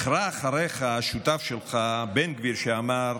החרה אחריך השותף שלך בן גביר, שאמר: